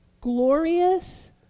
glorious